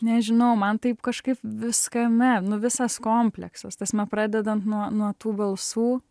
nežinau man taip kažkaip viskame nu visas kompleksas ta prasme pradedant nuo nuo tų balsų